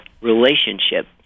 relationship